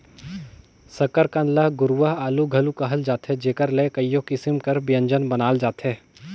सकरकंद ल गुरूवां आलू घलो कहल जाथे जेकर ले कइयो किसिम कर ब्यंजन बनाल जाथे